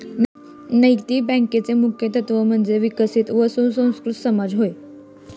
नैतिक बँकेचे मुख्य तत्त्व म्हणजे विकसित व सुसंस्कृत समाज होय